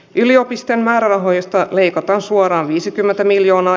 yliopistojen määrärahoista leikataan suoraan viisikymmentä miljoonaa